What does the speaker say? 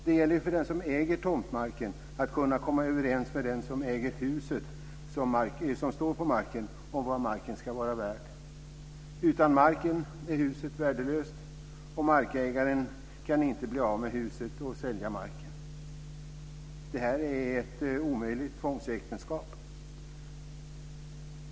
Det gäller för den som äger tomtmarken att komma överens med den som äger huset som står på marken om vad marken ska vara värd. Utan marken är huset värdelöst, och markägaren kan inte bli av med huset och sälja marken. Det är ett omöjligt tvångsäktenskap.